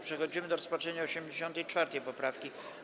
Przechodzimy do rozpatrzenia 84. poprawki.